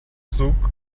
зүг